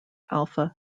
alpha